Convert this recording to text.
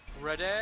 Ready